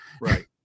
Right